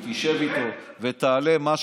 אם תשב איתו ותעלה משהו,